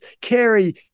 carry